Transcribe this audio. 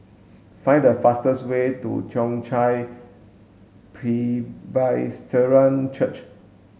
find the fastest way to Toong Chai Presbyterian Church